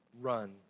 run